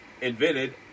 invented